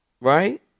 Right